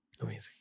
Amazing